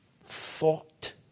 thought